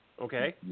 Okay